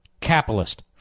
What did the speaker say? capitalist